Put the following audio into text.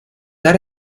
dar